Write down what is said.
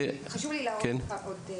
להורים.